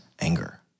anger